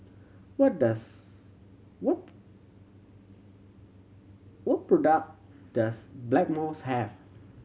what does what what product does Blackmores have